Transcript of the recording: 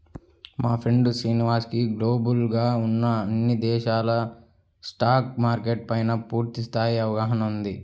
మా ఫ్రెండు శ్రీనివాస్ కి గ్లోబల్ గా ఉన్న అన్ని దేశాల స్టాక్ మార్కెట్ల పైనా పూర్తి స్థాయి అవగాహన ఉంది